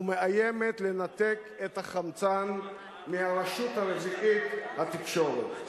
ומאיימת לנתק את החמצן מהרשות הרביעית, התקשורת.